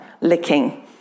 licking